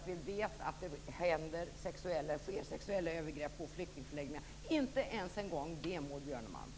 Vi vet ju att det sker sexuella övergrepp på flyktingförläggningar. Men inte ens det, Maud Björnemalm!